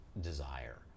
desire